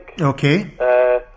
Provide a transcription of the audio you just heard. Okay